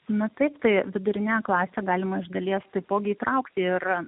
na taip tai vidurinę klasę galima iš dalies taipogi įtraukti ir